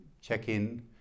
check-in